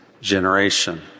generation